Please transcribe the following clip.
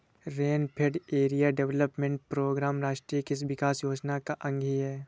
rainfed area development programme राष्ट्रीय कृषि विकास योजना का अंग ही है